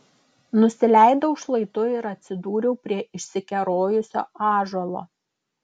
nusileidau šlaitu ir atsidūriau prie išsikerojusio ąžuolo